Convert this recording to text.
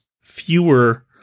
fewer